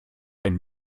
ein